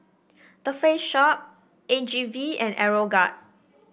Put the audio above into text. The Face Shop A G V and Aeroguard